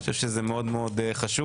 אני חושב שזה מאוד מאוד חשוב,